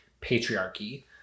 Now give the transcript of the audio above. patriarchy